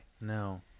No